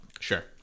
Sure